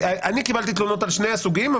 אני קיבלתי תלונות על שני הסוגים,